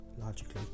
logically